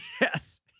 Yes